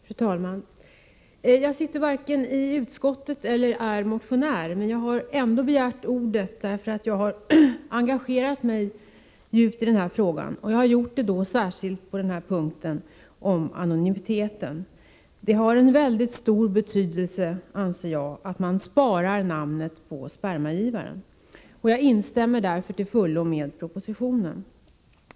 Fru talman! Jag sitter inte i utskottet och jag är inte motionär, men jag har ändå begärt ordet därför att jag har engagerat mig djupt i den här frågan. Jag har gjort det särskilt när det gäller anonymiteten. Det har väldigt stor betydelse, anser jag, att man sparar namnet på spermagivaren, och jag instämmer därför till fullo med propositionen.